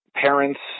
parents